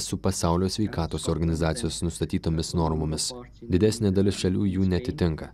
su pasaulio sveikatos organizacijos nustatytomis normomis didesnė dalis šalių jų neatitinka